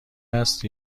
است